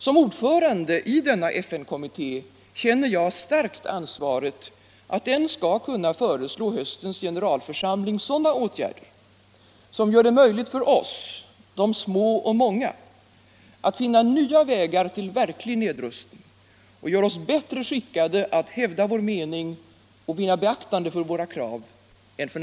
Som ordförande i denna FN-kommitté känner jag starkt ansvaret för att den skall kunna föreslå höstens generalförsamling sådana åtgärder, som gör det möjligt för oss, de små och många, att finna nya vägar till verklig nedrustning och gör oss bättre skickade än f. n. att hävda vår mening och vinna beaktande för våra krav.